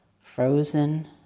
frozen